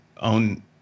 on